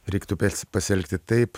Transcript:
reiktų pasielgti taip